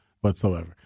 whatsoever